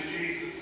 Jesus